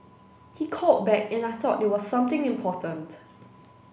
he called back and I thought it was something important